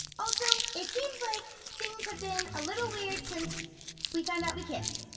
also, it seems like things have been a little weird since we found out we kissed.